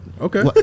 Okay